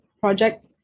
project